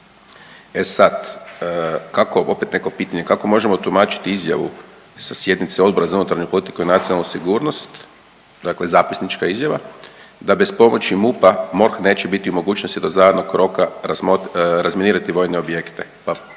pitanje, kako možemo tumačiti izjavu sa sjednice Odbora za unutarnju politiku i nacionalnu sigurnost, dakle zapisnička izjava da bez pomoći MUP-a MORH neće biti u mogućnosti do zadanog roka razminirati vojne objekte,